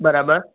બરાબર